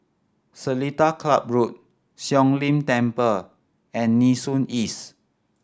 Seletar Club Road Siong Lim Temple and Nee Soon East